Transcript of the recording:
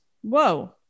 Whoa